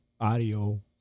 audio